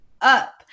up